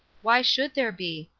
why should there be?